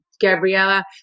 Gabriella